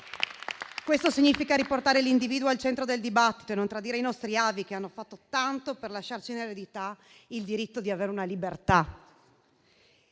Questo significa riportare l'individuo al centro del dibattito e non tradire i nostri avi, che hanno fatto tanto per lasciarci in eredità il diritto di avere una libertà.